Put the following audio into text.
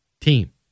team